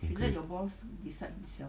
okay